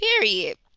period